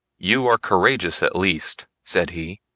you are courageous at least, said he.